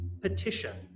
petition